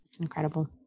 Incredible